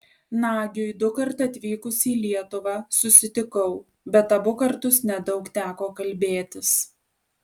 nagiui dukart atvykus į lietuvą susitikau bet abu kartus nedaug teko kalbėtis